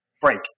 break